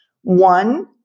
one